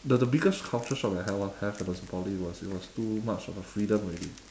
the the biggest culture shock that I had have when I was in poly was it was too much of a freedom already